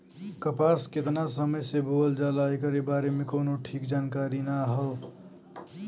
कपास केतना समय से बोअल जाला एकरे बारे में कउनो ठीक जानकारी ना हौ